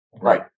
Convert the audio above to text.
Right